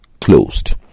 closed